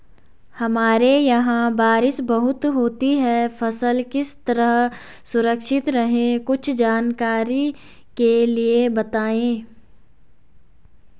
हमारे यहाँ बारिश बहुत होती है फसल किस तरह सुरक्षित रहे कुछ जानकारी के लिए बताएँ?